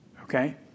okay